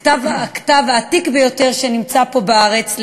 הכתב העתיק ביותר שנמצא פה בארץ,